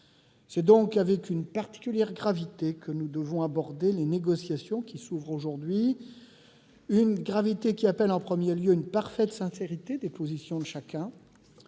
C'est donc avec une particulière gravité que nous devons aborder les négociations qui s'ouvrent aujourd'hui. Une gravité qui appelle, en premier lieu, une parfaite sincérité des positions de chacun.